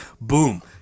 Boom